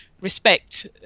respect